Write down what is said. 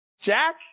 Jack